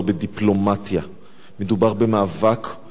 מדובר במאבק בין הדת היהודית לדת הנוצרית.